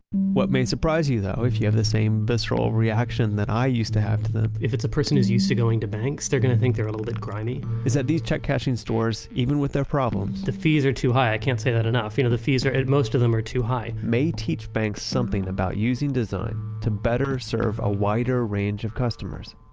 what may surprise you though, if you have the same visceral reaction that i used to have to them if it's a person who is used to going to banks, they're going to think they're a little bit grimy is that these check cashing stores, even with their problems the fees are too high. i can't say that enough. you know, the fees, and most of them are too high may teach banks something about using design to better serve a wider range of customers.